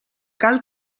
cal